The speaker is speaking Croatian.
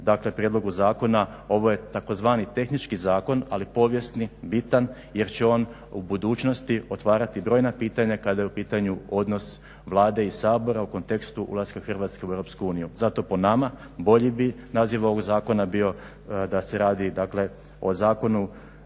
dakle prijedlogu zakona ovo je tzv. tehnički zakon, ali povijesni, bitan jer će on u budućnosti otvarati brojna pitanja kada je u pitanju odnos Vlade i Sabora u kontekstu ulaska Hrvatske u EU. Zato po nama bolji bi naziv ovog zakona bio da se radi dakle